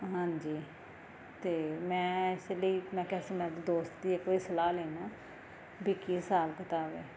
ਹਾਂਜੀ ਅਤੇ ਮੈਂ ਇਸ ਲਈ ਮੈਂ ਕਿਹਾ ਸੀ ਮੈਂ ਆਪ ਦੇ ਦੋਸਤ ਦੀ ਇੱਕ ਵਾਰੀ ਸਲਾਹ ਲਵਾਂ ਵੀ ਕੀ ਹਿਸਾਬ ਕਿਤਾਬ ਹੈ